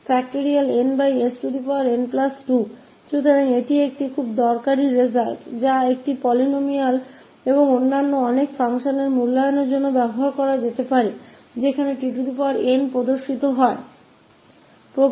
तो यह बहुत उपयोगी रिजल्ट है जोकि पोलीनोमिअल के मूल्यांकन और बहुत से दूसरे functions के लिए उपयोग किआ जा सकता है जब भी tn दिखाई देगा